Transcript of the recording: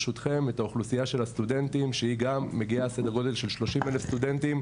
את אוכלוסיית הסטודנטים שהיא גם סדר גודל של 30,000 סטודנטים,